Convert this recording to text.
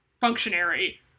functionary